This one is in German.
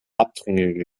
abtrünnige